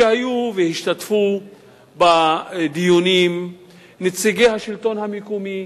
שהיו והשתתפו בדיונים נציגי השלטון המקומי,